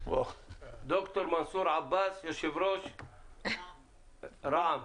דוקטור מנסור עבאס, יושב ראש רע"מ.